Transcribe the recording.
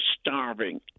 starving